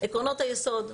עקרונות היסוד.